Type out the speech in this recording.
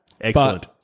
Excellent